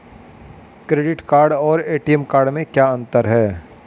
Credit card और ATM card में क्या अंतर है?